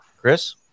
Chris